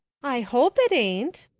i hope it ain't,